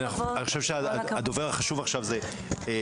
אני חושב שהדובר החשוב עכשיו הוא מרצה